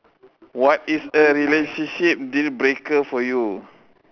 what is a relationship deal breaker for you